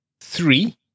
three